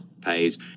pays